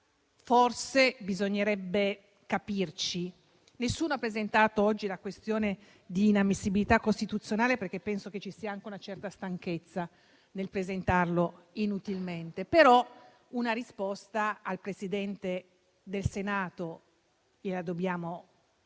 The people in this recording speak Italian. forse dovremmo capirci. Nessuno ha presentato oggi una questione pregiudiziale di costituzionalità, perché penso che ci sia anche una certa stanchezza nel presentarla inutilmente. Però una risposta dal Presidente del Senato dobbiamo averla;